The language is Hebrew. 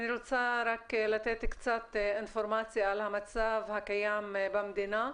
אני רוצה רק לתת קצת אינפורמציה על המצב הקיים במדינה.